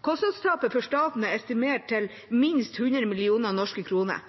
Kostnadstapet for staten er estimert til minst 100 mill. norske